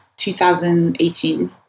2018